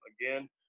Again